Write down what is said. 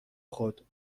خود